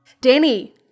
Danny